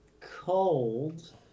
cold